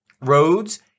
roads